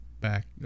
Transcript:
back